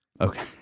Okay